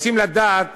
רוצים לדעת